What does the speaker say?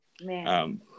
Man